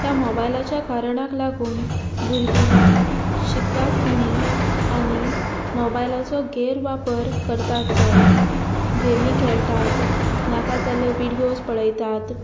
ह्या मोबायलाच्या कारणाक लागून भुरगीं शिकतात उणी आनी मोबायलाचो गैर वापर करतात चड गेमी खेळटात नाका जाल्ले विडियोज पळयतात